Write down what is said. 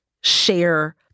share